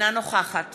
אינה נוכחת